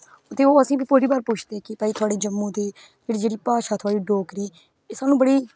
ते ओह् आसेंगी बड़ी बार पुच्छदे कि थुआढ़े जम्मू दे जेहड़ी भाशा ऐ जेहड़ी डोगरी एह् सानू बड़ी